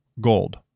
Gold